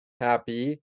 happy